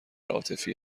عاطفی